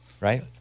right